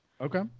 Okay